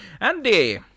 Andy